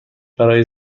برای